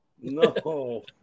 No